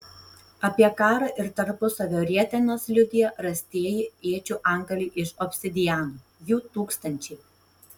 apie karą ir tarpusavio rietenas liudija rastieji iečių antgaliai iš obsidiano jų tūkstančiai